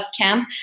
camp